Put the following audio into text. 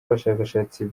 abashakashatsi